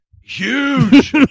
huge